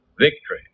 victory